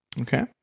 Okay